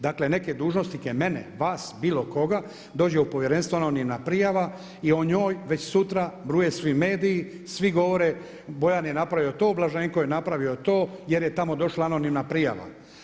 Dakle, neke dužnosnike, mene, vas, bilo koga dođe u povjerenstvo anoniman prijava i o njoj već sutra bruje svi mediji, svi govore Bojan je napravio to, Blaženko je napravio to, jer je tamo došla anonimna prijava.